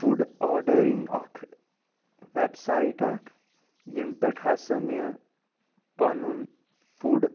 food ordering اکھ website اکھ ییٚمہِ پیٹھ ہسا مےٚ پنُن فُڈ